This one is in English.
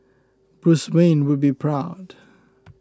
Bruce Wayne would be proud